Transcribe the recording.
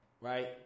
right